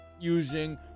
using